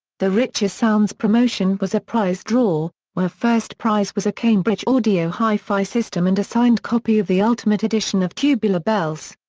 the richer sounds promotion was a prize draw, where first prize was a cambridge audio hi-fi system and a signed copy of the ultimate edition of tubular bells.